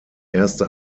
erste